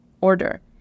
order